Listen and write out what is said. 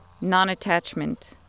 non-attachment